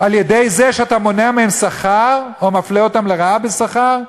על-ידי זה שאתה מונע מהם שכר או מפלה אותם לרעה בשכר?